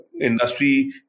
industry